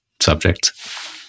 subjects